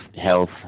health